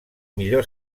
millor